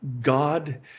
God